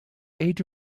age